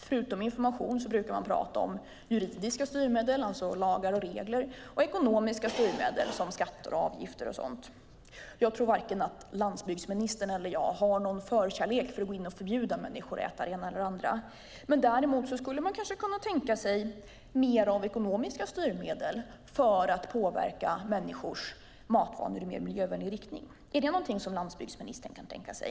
Förutom information brukar man prata om juridiska styrmedel, alltså lagar och regler, och ekonomiska styrmedel, som skatter, avgifter och sådant. Jag tror varken att landsbygdsministern eller jag har någon förkärlek för att förbjuda människor att äta det ena eller det andra. Däremot skulle man kanske kunna tänka sig mer av ekonomiska styrmedel för att påverka människors matvanor i mer miljövänlig riktning. Är det någonting som landsbygdsministern kan tänka sig?